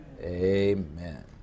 Amen